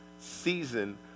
season